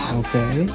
okay